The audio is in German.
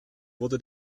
wurde